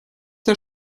der